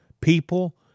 people